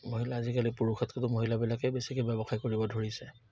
মহিলা আজিকালি পুৰুষতকেটো মহিলাবিলাকে বেছিকে ব্যৱসায় কৰিব ধৰিছে